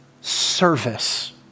service